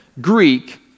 Greek